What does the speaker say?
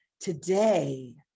Today